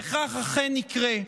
וכך אכן יקרה.